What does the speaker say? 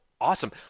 awesome